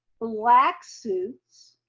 black suits,